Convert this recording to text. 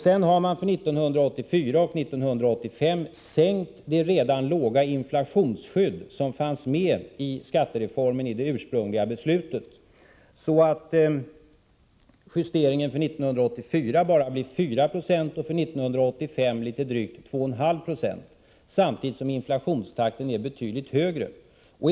Sedan har regeringen för 1984 och 1985 sänkt det redan låga inflationsskydd som fanns med i skattereformen i det ursprungliga beslutet, så att justeringen för 1984 bara blir 4 96 och för 1985 drygt 2,5 20, samtidigt som inflationstakten är betydligt högre.